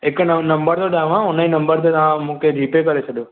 हिकु नवों नंबर थो ॾियांव उन्ही नंबर ते तव्हां मूंखे जीपे करे छॾियो